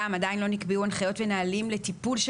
עדיין לא נקבעו הנחיות ונהלים לטיפול של